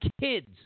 kids